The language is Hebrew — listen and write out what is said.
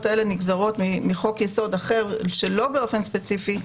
האלה נגזרות מחוק יסוד אחד שלא באופן ספציפי,